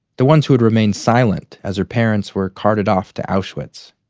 the ones who had remained silent as her parents were carted off to auschwitz.